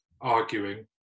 arguing